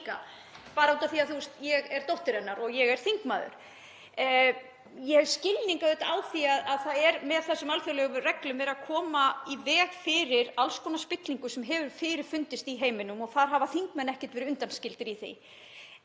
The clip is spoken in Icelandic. líka út af því að ég er dóttir hennar og þingmaður. Ég hef skilning á því að með þessum alþjóðlegu reglum sé verið að koma í veg fyrir alls konar spillingu sem hefur fyrirfundist í heiminum og þar hafa þingmenn ekki verið undanskildir.